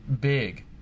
big